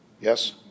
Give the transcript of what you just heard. Yes